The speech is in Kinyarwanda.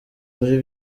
ari